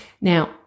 Now